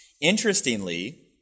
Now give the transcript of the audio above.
Interestingly